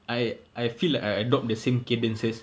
I I feel like I adopt the same cadences